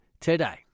today